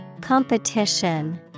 Competition